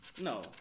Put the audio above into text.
No